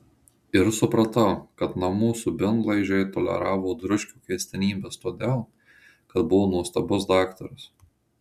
ir supratau kad namų subinlaižiai toleravo dručkio keistenybes todėl kad buvo nuostabus daktaras